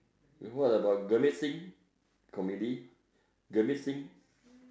then what about Gurmit-Singh comedy Gurmit-Singh